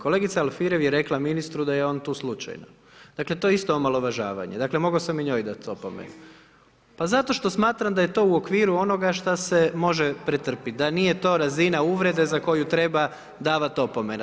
Kolegica Alfirev je rekla ministru da je on tu slučajno, dakle to je isto omalovažavanje, dakle mogao sam i njoj dat opomenu. … [[Upadica sa strane, ne razumije se.]] Pa zato što smatram da je to u okviru onoga šta se može pretrpjeti, da nije to razina uvrede za koju treba davat opomenu.